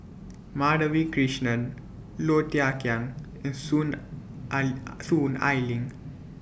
Madhavi Krishnan Low Thia Khiang and Soon Ai Soon Ai Ling